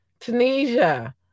Tunisia